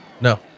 No